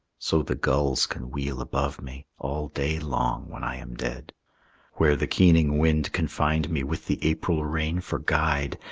so the gulls can wheel above me, all day long when i am dead where the keening wind can find me with the april rain for guide,